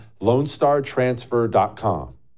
lonestartransfer.com